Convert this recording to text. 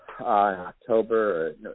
October